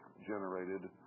generated